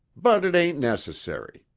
but it ain't necessary.